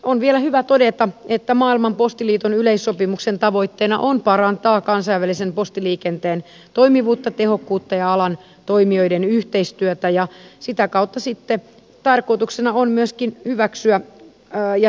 on vielä hyvä todeta että maailman postiliiton yleissopimuksen tavoitteena on parantaa kansainvälisen postiliikenteen toimivuutta tehokkuutta ja alan toimijoiden yhteistyötä ja sitä kautta tarkoituksena on myöskin hyväksyä pää ja